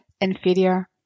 inferior